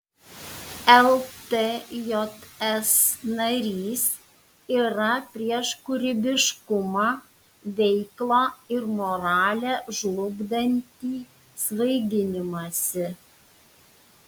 ltjs narys yra prieš kūrybiškumą veiklą ir moralę žlugdantį svaiginimąsi